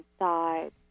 inside